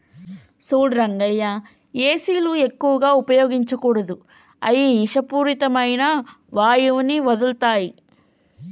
సూడు రంగయ్య ఏసీలు ఎక్కువగా ఉపయోగించకూడదు అయ్యి ఇషపూరితమైన వాయువుని వదులుతాయి